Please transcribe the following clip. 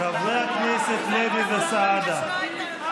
הכנסת סעדה.